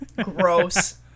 Gross